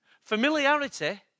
familiarity